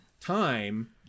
time